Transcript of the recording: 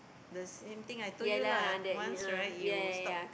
the same thing I told you lah once right you stop